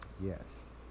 Yes